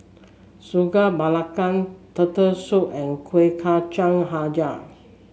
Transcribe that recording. Sagu Melaka Turtle Soup and Kuih Kacang hijau